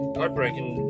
Heartbreaking